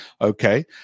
Okay